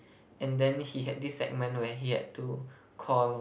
and then he had this segment where he had to call